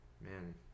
man